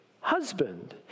husband